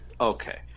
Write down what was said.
Okay